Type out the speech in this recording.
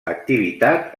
activitat